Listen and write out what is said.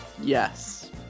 Yes